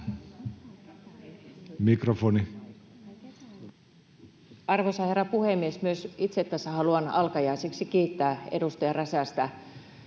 Mikrofoni. Arvoisa herra puhemies! Myös itse tässä haluan alkajaisiksi kiittää edustaja Räsästä